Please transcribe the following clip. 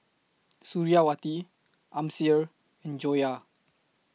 Suriawati Amsyar and Joyah